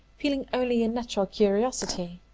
feeling only a natural curiosity.